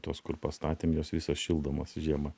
tos kur pastatėm jos visos šildomos žiemą